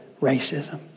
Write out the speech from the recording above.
racism